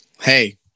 Hey